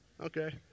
Okay